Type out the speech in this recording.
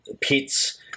pits